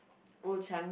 Old-Chang~